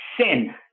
sin